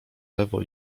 lewo